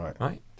right